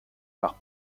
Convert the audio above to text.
par